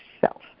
self